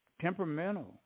temperamental